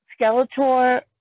Skeletor